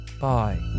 Bye